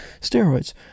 steroids